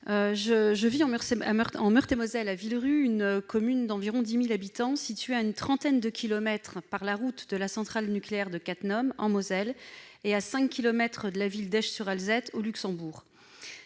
je vis en Meurthe-et-Moselle, à Villerupt, une commune d'environ 10 000 habitants située à une trentaine de kilomètres, par la route, de la centrale nucléaire de Cattenom, en Moselle, et à 5 kilomètres de la ville d'Esch-sur-Alzette, au Luxembourg.